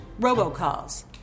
robocalls